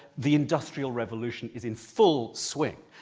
the industrial revolution is in full swing,